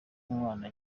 umwana